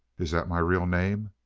is that my real name?